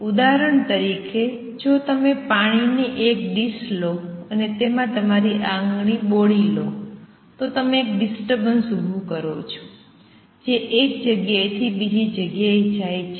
ઉદાહરણ તરીકે જો તમે પાણીની એક ડિશ લો અને તેમાં તમારી આંગળી બોળી લો તો તમે એક ડિસ્ટર્બન્સ ઊભું કરો છો જે એક જગ્યાએ થી બીજી જગ્યાએ જાય છે